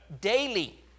daily